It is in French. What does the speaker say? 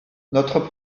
notre